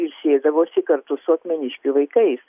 ilsėdavosi kartu su akmeniškių vaikais